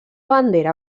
bandera